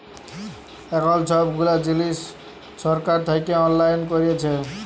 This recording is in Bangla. এখল ছব গুলা জিলিস ছরকার থ্যাইকে অললাইল ক্যইরেছে